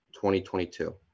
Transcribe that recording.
2022